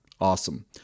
Awesome